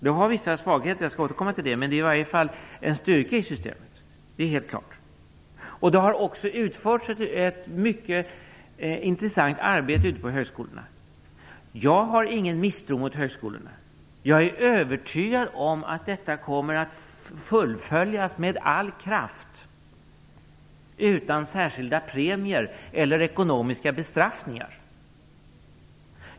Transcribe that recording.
Det har vissa svagheter, jag skall återkomma till dem, men detta är i varje fall en styrka i systemet, det är helt klart. Det har också utförts ett mycket intressant arbete ute på högskolorna. Jag har ingen misstro mot högskolorna. Jag är övertygad om att detta kommer att fullföljas med all kraft, utan särskilda premier eller ekonomiska bestraffningar.